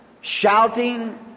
shouting